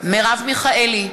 מרב מיכאלי,